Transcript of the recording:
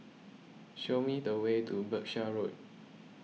show me the way to Berkshire Road